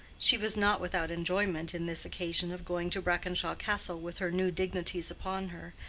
she was not without enjoyment in this occasion of going to brackenshaw castle with her new dignities upon her,